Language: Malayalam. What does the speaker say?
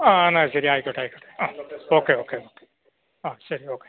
ആ എന്നാൽ ശരി ആയിക്കോട്ടെ ആയിക്കോട്ടെ ആ ഓക്കെ ഓക്കെ ഓക്കെ ആ ശരി ഓക്കെ